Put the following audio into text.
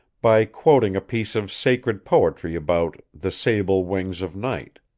by quoting a piece of sacred poetry about the sable wings of night.